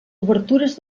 obertures